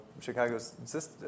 Chicago's